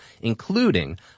including